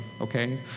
okay